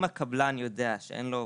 אם הקבלן יודע שאין לו עובדים,